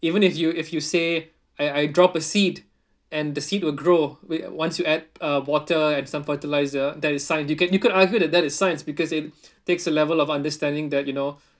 even if you if you say I I drop a seed and the seed will grow o~ once you add uh water and some fertiliser that is science you can you could argue that that is science because it takes a level of understanding that you know